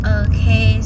okay